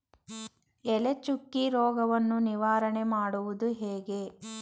ಎಲೆ ಚುಕ್ಕಿ ರೋಗವನ್ನು ನಿವಾರಣೆ ಮಾಡುವುದು ಹೇಗೆ?